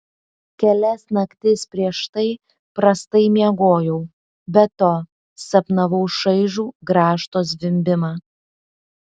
kelias naktis prieš tai prastai miegojau be to sapnavau šaižų grąžto zvimbimą